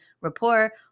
rapport